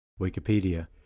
Wikipedia